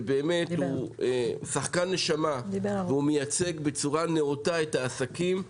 שהוא באמת שחקן נשמה והוא מייצג בצורה נאותה את העסקים.